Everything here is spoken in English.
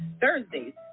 thursdays